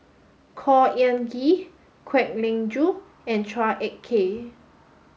Khor Ean Ghee Kwek Leng Joo and Chua Ek Kay